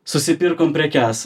susipirkom prekes